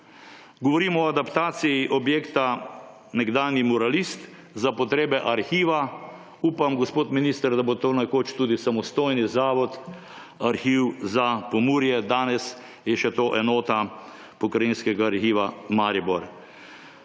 Govorim o adaptaciji objekta, nekdanji Muralist, za potrebe arhiva − upam, gospod minister, da bo to nekoč tudi samostojni zavod Arhiv za Pomurje −, danes je še to enota Pokrajinskega arhiva Maribor.